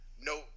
No